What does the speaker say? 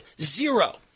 Zero